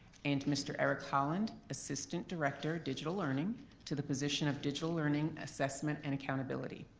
and mr. eric holland, assistant director, digital learning to the position of digital learning assessment and accountability.